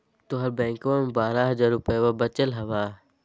तोहर बैंकवा मे बारह हज़ार रूपयवा वचल हवब